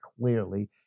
clearly